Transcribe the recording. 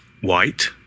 White